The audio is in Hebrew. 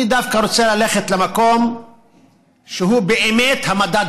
אני דווקא רוצה ללכת למקום שהוא באמת המדד